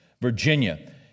Virginia